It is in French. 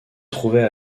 trouvait